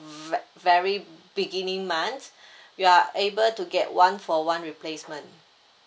very beginning month you are able to get one for one replacement